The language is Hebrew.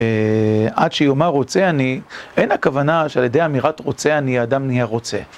עד שיאמר רוצה אני, אין הכוונה שעלי די אמירת רוצה אני, האדם נהיה רוצה.